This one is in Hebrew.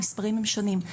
המספרים הם שונים.